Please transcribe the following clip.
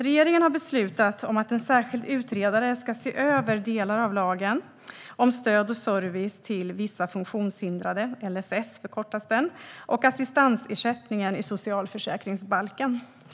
Regeringen har beslutat om att en särskild utredare ska se över delar av lagen om stöd och service till vissa funktionshindrade och assistansersättningen i socialförsäkringsbalken.